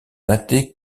datées